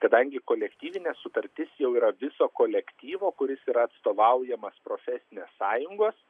kadangi kolektyvinė sutartis jau yra viso kolektyvo kuris yra atstovaujamas profesinės sąjungos